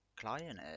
client